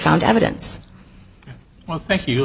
found evidence well thank you